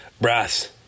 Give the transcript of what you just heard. Brass